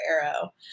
arrow